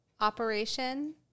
operation